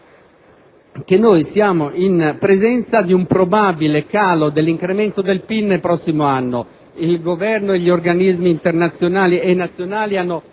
che noi siamo in presenza di un probabile calo dell'incremento del PIL nel prossimo anno. Il Governo e gli organismi internazionali e nazionali hanno